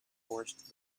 forced